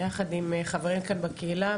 ביחד עם חברים כאן בקהילה,